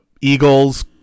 eagles